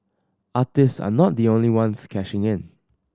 artist are not the only ones cashing in